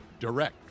direct